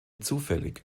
zufällig